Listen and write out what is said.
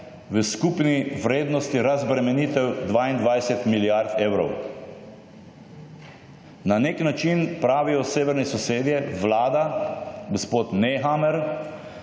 v skupni vrednosti razbremenitev 22 milijard evrov. Na nek način pravijo severni sosedje, vlada, gospod Nehammer,